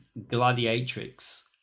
Gladiatrix